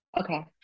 okay